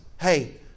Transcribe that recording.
hey